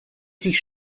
sich